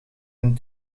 een